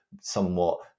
somewhat